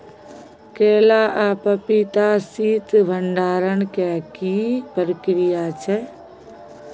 केला आ पपीता के शीत भंडारण के की प्रक्रिया छै?